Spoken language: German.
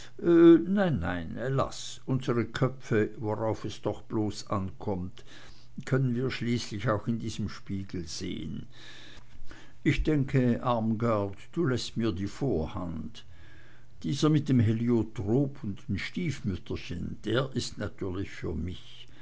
nein nein laß unsre köpfe worauf es doch bloß ankommt können wir schließlich auch in diesem spiegel sehen ich denke armgard du läßt mir die vorhand dieser hier mit dem heliotrop und den stiefmütterchen der ist natürlich für mich